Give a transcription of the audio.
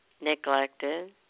neglected